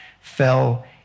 fell